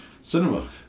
cinema